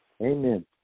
Amen